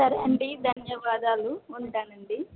సరే అండి ధన్యవాదాలు ఉంటానండి